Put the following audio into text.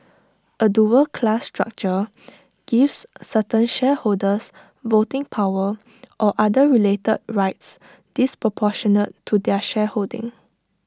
A dual class structure gives certain shareholders voting power or other related rights disproportionate to their shareholding